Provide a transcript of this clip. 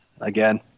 again